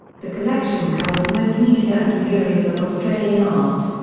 the collection covers most media and periods of australian art.